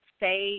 say